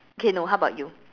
okay no how about you